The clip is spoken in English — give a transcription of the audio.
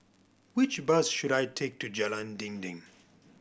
which bus should I take to Jalan Dinding